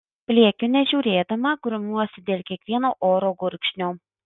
pliekiu nežiūrėdama grumiuosi dėl kiekvieno oro gurkšnio